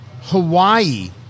Hawaii